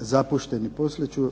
zapušteni. Poslije ću